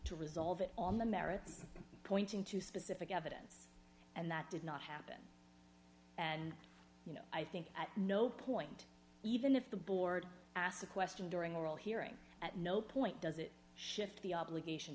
to resolve it on the merits pointing to specific evidence and that did not happen and you know i think at no point even if the board asked a question during oral hearing at no point does it shift the obligation